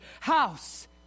house